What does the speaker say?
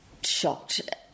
shocked